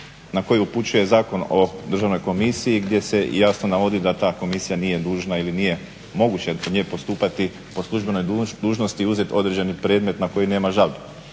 na koji upućuje Zakon o Državnoj komisiji gdje se jasno navodi da ta komisija nije dužna ili nije moguće protiv nje postupati po službenoj dužnosti i uzeti određeni predmet na koji nema žalbe.